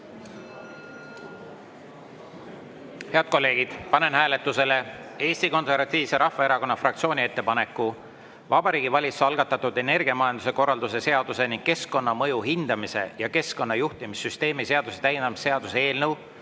Head kolleegid, panen hääletusele Eesti Konservatiivse Rahvaerakonna fraktsiooni ettepaneku Vabariigi Valitsuse algatatud energiamajanduse korralduse seaduse ning keskkonnamõju hindamise ja keskkonnajuhtimissüsteemi seaduse täiendamise seaduse eelnõu